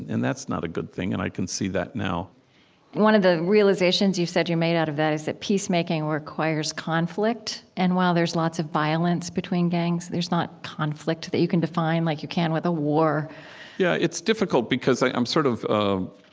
and that's not a good thing, and i can see that now one of the realizations you've said you made out of that is that peacemaking requires conflict. and while there's lots of violence between gangs, there's not conflict that you can define, like you can with a war yeah, it's difficult, because i'm sort of of